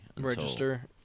Register